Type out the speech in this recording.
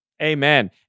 Amen